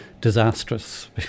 disastrous